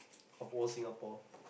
of all Singapore